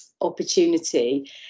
opportunity